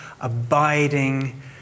abiding